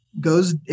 goes